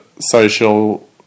social